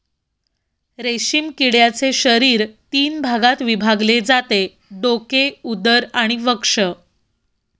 रेशीम किड्याचे शरीर तीन भागात विभागले जाते डोके, उदर आणि वक्ष